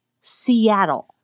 Seattle